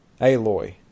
Aloy